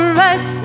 right